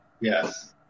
Yes